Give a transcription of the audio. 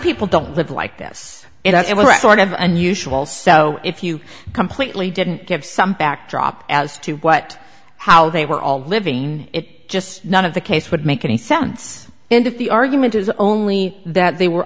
people don't live like this it was unusual so if you completely didn't give some backdrop as to what how they were all living it just none of the case would make any sense and if the argument is only that they were